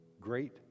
great